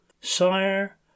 sire